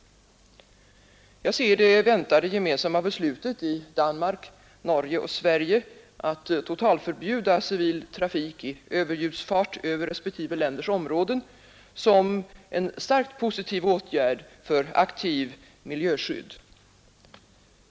Jag ser det väntade gemensamma beslutet i Danmark, Norge och Sverige att totalförbjuda civil trafik i överljudsfart över respektive länders områden som en starkt positiv åtgärd för aktivt miljöskydd.